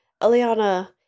Eliana